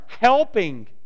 helping